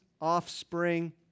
offspring